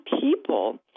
people